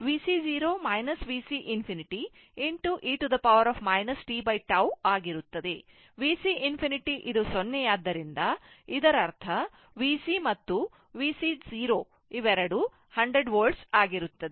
VC ∞ 0 ಆದ್ದರಿಂದ ಇದರರ್ಥ VC and VC 0 100 ಆಗಿರುತ್ತದೆ